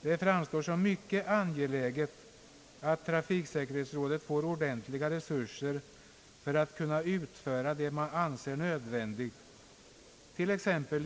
Det framstår som mycket angeläget att trafiksäkerhetsrådet får ordentliga resurser för att kunnat utföra det man anser nödvändigt, ft.ex.